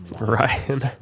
Ryan